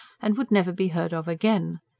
and would never be heard of again.